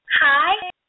Hi